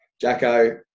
Jacko